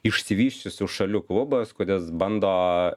išsivysčiusių šalių klubas kuris bando